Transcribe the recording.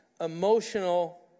emotional